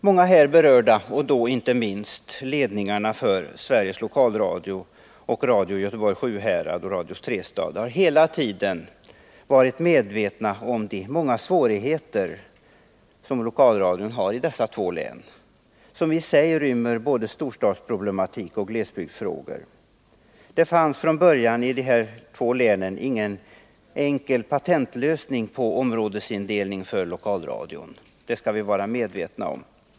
Många här berörda, och då inte minst ledningarna för Sveriges Lokalradio, Radio Göteborg/Sjuhärad och Radio Trestad, har hela tiden varit medvetna om de många svårigheter som lokalradion har i dessa två län, som i sig rymmer både storstadsproblematik och glesbygdsfrågor. Det fanns från början i dessa två län ingen enkel patentlösning för lokalradions områdesindelning — det skall vi vara medvetna om.